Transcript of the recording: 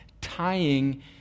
tying